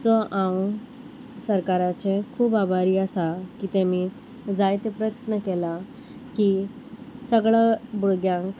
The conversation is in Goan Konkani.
सो हांव सरकाराचे खूब आभारी आसा की तेमी जायते प्रयत्न केला की सगळ्या भुरग्यांक